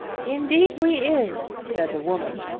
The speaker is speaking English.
indeed we is, said the woman.